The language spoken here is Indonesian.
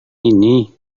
ini